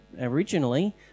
originally